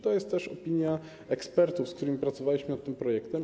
To jest też opinia ekspertów, z którymi pracowaliśmy nad tym projektem.